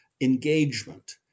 engagement